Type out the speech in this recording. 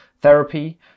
therapy